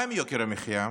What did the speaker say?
מה עם יוקר המחיה?